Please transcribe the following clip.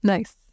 Nice